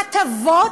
הטבות,